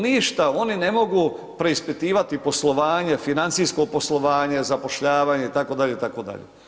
Ništa oni ne mogu preispitivati poslovanje, financijsko poslovanje, zapošljavanje itd., itd.